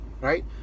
right